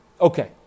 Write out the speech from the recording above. Okay